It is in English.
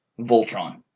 Voltron